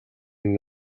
минь